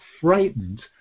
frightened